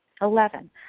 Eleven